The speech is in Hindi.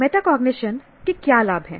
मेटाकॉग्निशन के क्या लाभ हैं